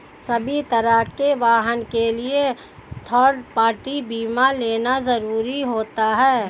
सभी तरह के वाहन के लिए थर्ड पार्टी बीमा लेना जरुरी होता है